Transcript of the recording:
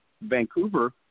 Vancouver